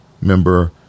member